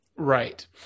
Right